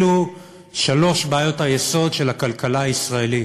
אלו שלוש בעיות היסוד של הכלכלה הישראלית.